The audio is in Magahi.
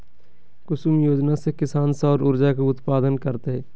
कुसुम योजना से किसान सौर ऊर्जा के उत्पादन करतय